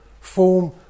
form